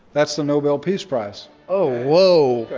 that's the nobel peace prize oh, whoa.